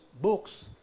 books